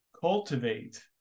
cultivate